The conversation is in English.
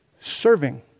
serving